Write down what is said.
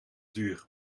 duur